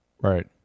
Right